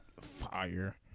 fire